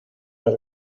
las